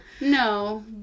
No